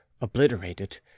obliterated